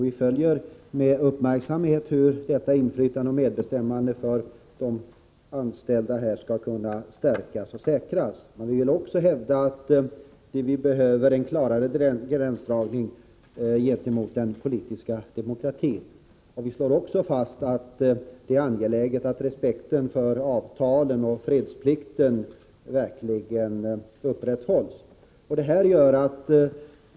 Vi studerar med uppmärksamhet hur inflytandet och medbestämmandet för de anställda skall kunna stärkas och säkras. Men vi vill också hävda att det behövs en klarare gränsdragning gentemot den politiska demokratin. Vi slår också fast att det är angeläget att respekten för avtalen och fredsplikten verkligen upprätthålls.